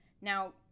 Now